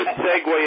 segue